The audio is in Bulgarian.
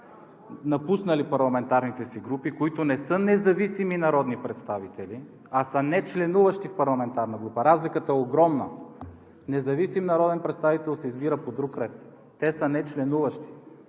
напуснали парламентарните си групи, които не са независими народни представители, а са нечленуващи в парламентарна група, разликата е огромна – независим народен представител се избира по друг ред, те са нечленуващи,